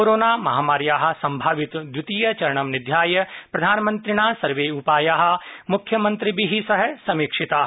corona महामार्या सम्भावित द्वितीय चरणं निध्याय प्रधानमन्त्रिणा सर्वे उपाया मुख्यमंत्रिभि सह समीक्षिता